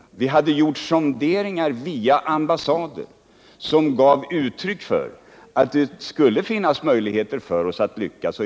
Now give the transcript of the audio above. Via ambassader hade vi gjort sonderingar, som gav uttryck för att det skulle finnas möjligheter för oss att lyckas.